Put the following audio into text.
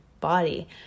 body